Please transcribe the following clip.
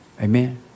Amen